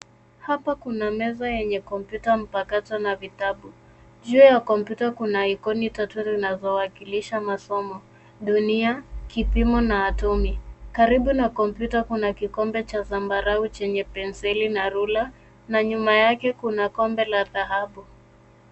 Hapa kuna meza yenye kompyuta mpakato na vitabu. Juu ya kompyuta kuna icon tatu zinazowakilisha masomo, dunia, kipimo na atom .Karibu na kompyuta kuna kikombe cha zambarau chenye penseli na rula na nyuma yake kuna kombe la dhahabu.